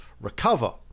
recover